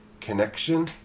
connection